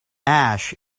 ash